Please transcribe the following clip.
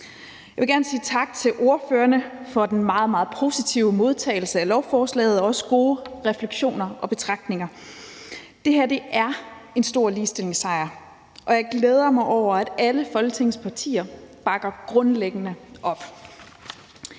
Jeg vil gerne sige tak til ordførerne for den meget, meget positive modtagelse af lovforslaget og også for de gode refleksioner og betragtninger. Det her er en stor ligestillingssejr, og jeg glæder mig over, at alle Folketingets partier grundlæggende